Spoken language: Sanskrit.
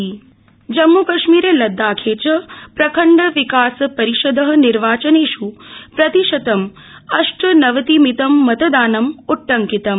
जुम्मू जम्मूकश्मीरे लददाखे च प्रखण्ड विकास रिषद निर्वाचनेष् प्रतिशतं अष्टनवतिमितं मतदानं उट्टंकितम्